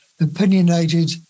opinionated